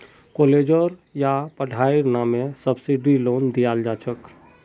कालेजेर या पढ़ाईर नामे सब्सिडाइज्ड लोन दियाल जा छेक